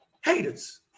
Haters